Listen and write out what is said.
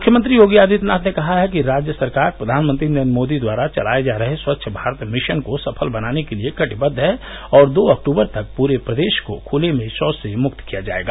मुख्यमंत्री योगी आदित्यनाथ ने कहा है कि राज्य सरकार प्रधानमंत्री नरेन्द्र मोदी द्वारा कराये जा रहे स्वच्छ भारत मिशन को सफल बनाने के लिये कटिबद्द है और दो अक्टबर तक प्रे प्रदेश को खले में शौर से मुक्त किया जायेगा